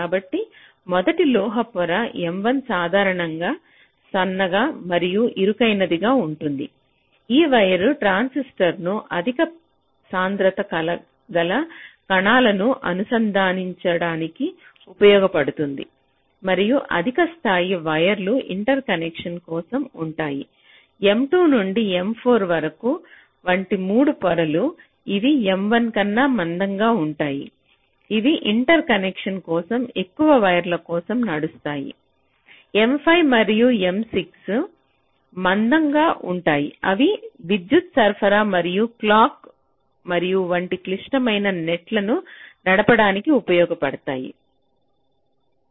కాబట్టి మొదటి లోహ పొర M1 సాధారణంగా సన్నగా మరియు ఇరుకైనదిగా ఉంటుంది ఈ వైర్ ట్రాన్సిస్టర్లను అధిక సాంద్రత గల కణాలను అనుసంధానించడానికి ఉపయోగించబడుతుంది మరియు అధిక స్థాయి వైర్లు ఇంటర్కనెక్షన్ల కోసం ఉంటాయి M2 నుండి M4 వంటి 3 పొరలు అవి M1 కన్నా మందంగా ఉంటాయి అవి ఇంటర్ కనెక్షన్ల కోసం ఎక్కువ వైర్ల కోసం నడుస్తాయి M5 మరియు M6 మరింత మందంగా ఉంటాయి అవి విద్యుత్ సరఫరా మరియు క్లాక్ మరియు వంటి క్లిష్టమైన నెట్ను నడపడానికి ఉపయోగిస్తారు